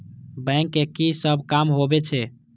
Bank के की सब काम होवे छे?